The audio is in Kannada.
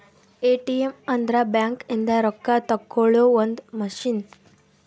ಎ.ಟಿ.ಎಮ್ ಅಂದ್ರ ಬ್ಯಾಂಕ್ ಇಂದ ರೊಕ್ಕ ತೆಕ್ಕೊಳೊ ಒಂದ್ ಮಸಿನ್